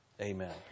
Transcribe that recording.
Amen